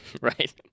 Right